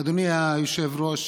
אדוני היושב-ראש,